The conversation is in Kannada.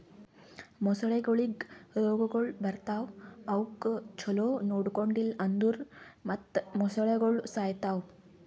ಮೊಸಳೆಗೊಳಿಗ್ ರೋಗಗೊಳ್ ಬರ್ತಾವ್ ಅವುಕ್ ಛಲೋ ನೊಡ್ಕೊಂಡಿಲ್ ಅಂದುರ್ ಮತ್ತ್ ಮೊಸಳೆಗೋಳು ಸಾಯಿತಾವ್